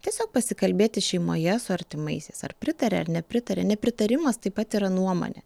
tiesiog pasikalbėti šeimoje su artimaisiais ar pritaria ar nepritaria nepritarimas taip pat yra nuomonė